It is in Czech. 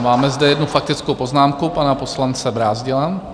Máme zde jednu faktickou poznámku pana poslance Brázdila.